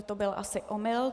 To byl asi omyl.